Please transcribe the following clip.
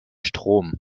strom